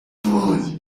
көңүл